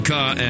Car